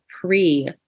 pre